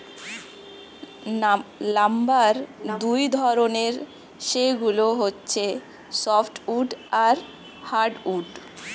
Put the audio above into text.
lumber দুই ধরনের, সেগুলো হচ্ছে সফ্ট উড আর হার্ড উড